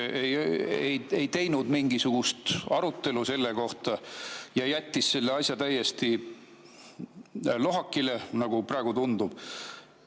ei teinud mingisugust arutelu selle kohta ja jättis selle asja täiesti lohakile, nagu praegu tundub?